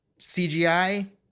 CGI